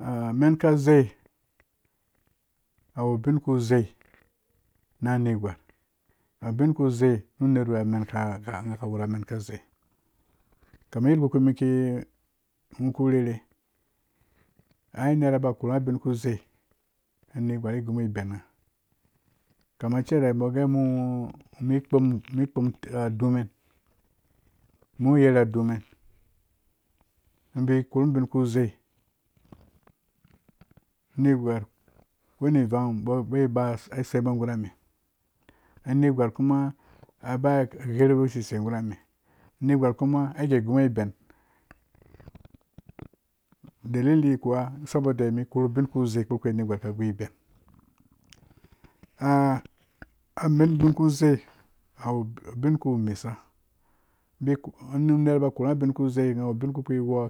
Amen ka zei awu ubin ku zei na negwar awu ubin ku zei nu nerwi aka wura amen ka zei kama yada mi ku rherhe ai uwera ba korha ubin ku zei a negwar ai agubo iben ngha. kama cere umbo gee mu mu kpom adumen mum uwu uyerhe adumen bai korhum ubim ku zei anegwar ko uben wan aba sei gurami anegwar kuma aba gherubo sisei gurami negwar kuma agigubo ben dilili kwa saboda mun korhu ubin kpu zei kpurkpi anegwar ka giiben a amen ubin ku zei awu ubinkpi nerwoo